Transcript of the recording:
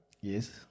Yes